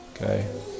Okay